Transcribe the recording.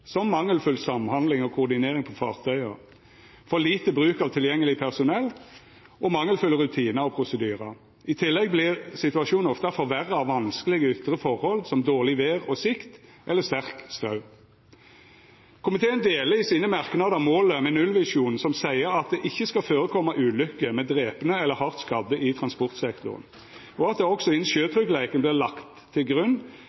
som mangelfull samhandling og koordinering på fartøya, for lite bruk av tilgjengeleg personell og mangelfulle rutinar og prosedyrar. I tillegg vert situasjonen ofte forverra av vanskelege ytre forhold som dårleg vêr og sikt eller sterk straum. Komiteen deler i sine merknader målet med nullvisjonen, som seier at det ikkje skal skje ulukker med drepne eller hardt skadde i transportsektoren, og at det også innan sjøtryggleiken vert lagt til grunn